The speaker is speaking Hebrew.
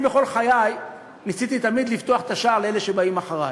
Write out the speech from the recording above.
אני בכל חיי ניסיתי תמיד לפתוח את השער לאלה שבאים אחרי.